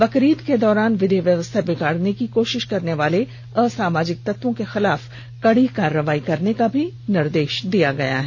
बकरीद के दौरान विधि व्यवस्था बिगाड़ने की कोशिश करनेवाले असामाजिक तत्यों के खिलाफ कड़ी कार्रवाई करने का निर्देश दिया गया है